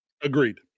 agreed